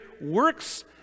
works